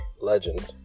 Legend